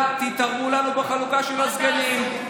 ואל תתערבו לנו בחלוקה של הסגנים.